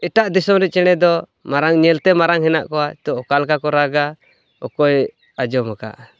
ᱮᱴᱟᱜ ᱫᱤᱥᱚᱢ ᱨᱮᱱ ᱪᱮᱬᱮ ᱫᱚ ᱢᱟᱨᱟᱝ ᱧᱮᱞᱛᱮ ᱢᱟᱨᱟᱝ ᱦᱮᱱᱟᱜ ᱠᱚᱣᱟ ᱛᱚ ᱚᱠᱟ ᱞᱮᱠᱟᱠᱚ ᱨᱟᱜᱟ ᱚᱠᱚᱭᱮ ᱟᱸᱡᱚᱢᱟᱠᱟᱫ